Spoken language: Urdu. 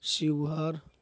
شو ہر